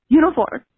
uniform